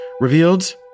revealed